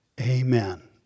Amen